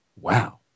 wow